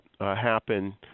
happen